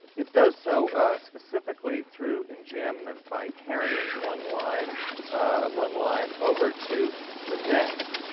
it does so specifically through enjambment, by carrying one line one line over to the next.